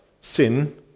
Sin